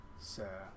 sir